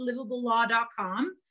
livablelaw.com